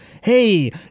hey